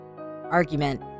argument